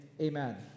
amen